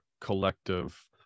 collective